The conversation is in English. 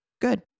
good